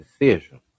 decision